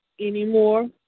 anymore